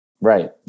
Right